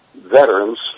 veterans